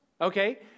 Okay